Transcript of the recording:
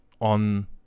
on